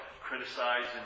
criticized